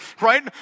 Right